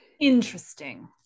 interesting